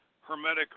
hermetic